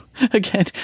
again